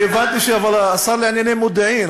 הבנתי שאתה השר לענייני מודיעין,